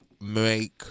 make